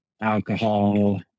alcohol